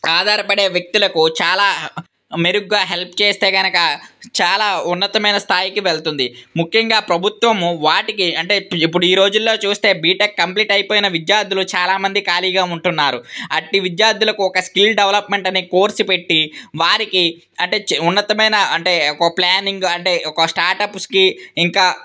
ఆధారపడే వ్యక్తులకు చాలా మెరుగుగా హెల్ప్ చేస్తే కనుక చాలా ఉన్నతమైన స్థాయికి వెళ్తుంది ముఖ్యంగా ప్రభుత్వము వాటికి అంటే ఇప్పుడు ఈ రోజులలో చూస్తే బీటెక్ కంప్లీట్ అయిపోయిన విద్యార్థులకు చాలామంది ఖాళీగా ఉంటున్నారు అట్టి విద్యార్థులకు ఒక స్కిల్ డెవలప్మెంట్ అనే కోర్స్ పెట్టి వారికి అంటే ఉన్నతమైన అంటే ఒక ప్లానింగ్ అంటే ఒక స్టార్టప్స్కి ఇంకా